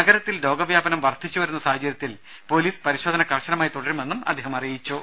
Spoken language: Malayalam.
നഗരത്തിൽ രോഗവ്യാപനം വർധിച്ചു വരുന്ന സാഹചര്യത്തിൽ പൊലീസ് പരിശോധന കർശനമായി തുടരുമെന്നും അദ്ദേഹം പറഞ്ഞു